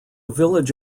village